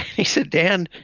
he said, dan,